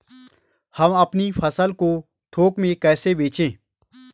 हम अपनी फसल को थोक में कैसे बेचें?